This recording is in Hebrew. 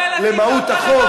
למהות החוק,